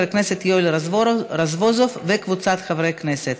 חברי כנסת תומכים, אין מתנגדים, אין נמנעים.